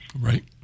Right